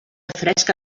fresca